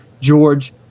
George